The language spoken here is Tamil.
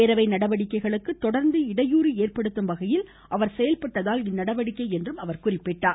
பேரவை நடவடிக்கைகளுக்கு தொடர்ந்து இடையூறு ஏற்படுத்தும்வகையில் அவர் செயல்பட்டதால் இந்நடவடிக்கை என்றார்